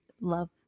love